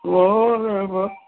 Forever